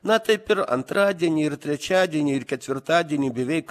na taip ir antradienį ir trečiadienį ir ketvirtadienį beveik